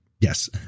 yes